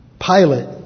Pilate